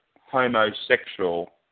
homosexual